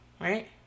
right